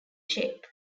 shape